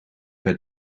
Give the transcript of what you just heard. per